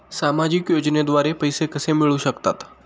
सामाजिक योजनेद्वारे पैसे कसे मिळू शकतात?